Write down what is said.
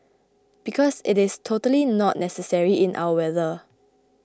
because it is totally not necessary in our weather